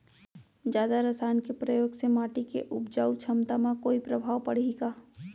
जादा रसायन के प्रयोग से माटी के उपजाऊ क्षमता म कोई प्रभाव पड़ही का?